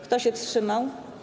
Kto się wstrzymał?